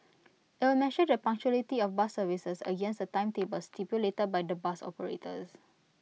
IT will measure the punctuality of bus services against the timetables stipulated by the bus operators